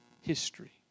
history